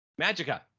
Magica